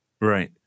Right